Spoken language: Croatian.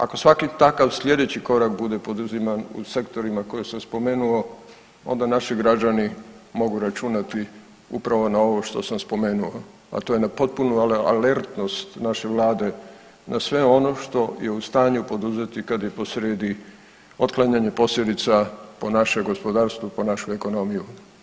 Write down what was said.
Ako svaki takav sljedeći korak bude poduziman u sektorima koje sam spomenuo, onda naši građani mogu računati upravo na ovo što sam spomenuo, a to je na potpunu alertnost naše Vlade za sve ono što je u stanju poduzeti kad je posrijedi otklanjanje posljedica po naše gospodarstvo, po našu ekonomiju.